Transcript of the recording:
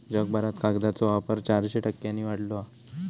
जगभरात कागदाचो वापर चारशे टक्क्यांनी वाढलो हा